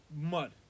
mud